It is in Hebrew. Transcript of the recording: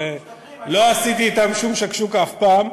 ולא עשיתי אתם שום שקשוקה אף פעם,